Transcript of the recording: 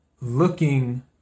looking